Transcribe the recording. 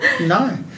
No